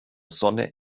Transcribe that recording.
sonne